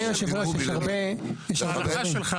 כן,